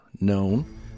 known